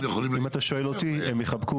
אם אתה שואל אותי, הם יחבקו